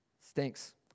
stinks